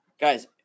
Guys